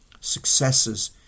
successes